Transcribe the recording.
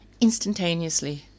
instantaneously